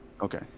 Okay